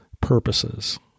purposes